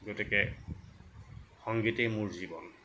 গতিকে সংগীতেই মোৰ জীৱন